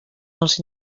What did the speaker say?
els